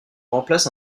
remplace